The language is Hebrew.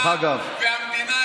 אכפתיות מהמדינה.